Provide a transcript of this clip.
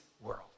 world